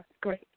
Great